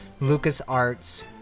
LucasArts